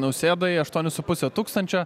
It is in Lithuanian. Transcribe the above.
nausėdai aštuonių su puse tūkstančio